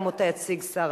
גם אותה יציג שר